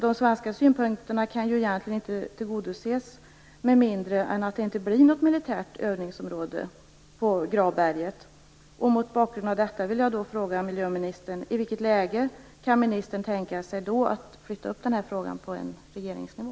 De svenska synpunkterna kan ju egentligen inte tillgodoses med mindre än att det inte blir något militärt övningsområde på Gravberget. Mot bakgrund av det vill jag fråga miljöministern: I vilket läge kan ministern tänka sig att flytta upp den här frågan på regeringsnivå?